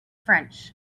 french